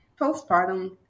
postpartum